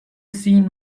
seen